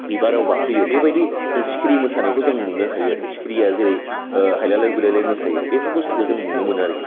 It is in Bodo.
बिबाराव बाफैयो बेबायदि जों सिखिरि मोसानायखौ जों नुनो हायो सिखिरिया जेरै हायला लाय हुयलाय मोसायो बेफोर बुस्थुखौ जों नुनोमोनो आरोखि